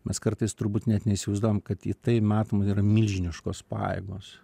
mes kartais turbūt net neįsivaizduojam kad į tai metama yra milžiniškos pajėgos